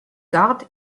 gard